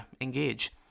engage